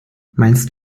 meinst